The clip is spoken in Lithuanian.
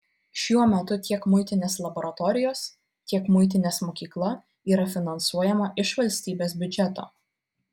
šiuo metu tiek muitinės laboratorijos tiek muitinės mokykla yra finansuojama iš valstybės biudžeto